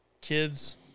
kid's